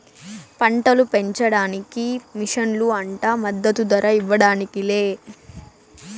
పంటలు పెంచడానికి మిషన్లు అంట మద్దదు ధర ఇవ్వడానికి లే